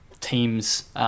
team's –